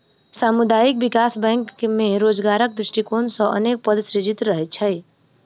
सामुदायिक विकास बैंक मे रोजगारक दृष्टिकोण सॅ अनेक पद सृजित रहैत छै